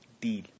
deal